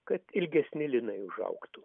kad ilgesni linai užaugtų